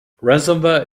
ransomware